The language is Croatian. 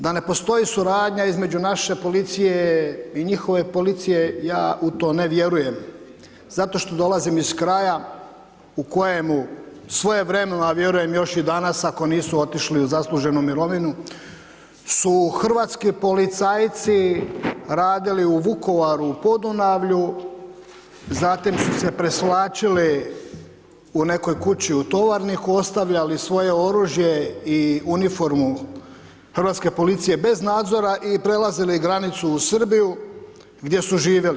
Da ne postoji suradnja između naše policije i njihove policije, ja u to ne vjerujem, zato što dolazim iz kraja u kojemu svojevremeno, a vjerujem još i danas, ako nisu otišli u zasluženu mirovinu, su hrvatski policajci radili u Vukovaru u Podunavlju, zatim su se presvlačili u nekoj kući u Tovarniku, ostavljali svoje oružje i uniformu hrvatske policije bez nadzora i prelazili granicu uz Srbiju, gdje su živjeli.